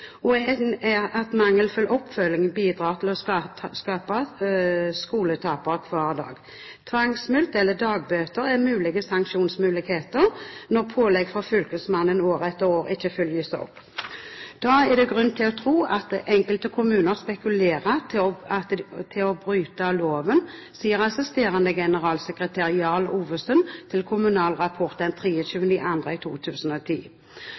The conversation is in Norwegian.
elevene løs, og at mangelfull oppfølging hver dag bidrar til å skape skoletapere. Tvangsmulkt eller dagbøter er mulige sanksjoner når pålegg fra fylkesmannen år etter år ikke følges opp. Det er «grunn til å tro at enkelte kommuner spekulerer i å bryte loven», sier assisterende generalssekretær Jarl Ovesen til Kommunal Rapport den 3. februar 2010.